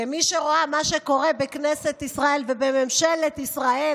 כמי שרואה מה שקורה בכנסת ישראל ובממשלת ישראל,